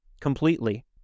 Completely